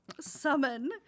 summon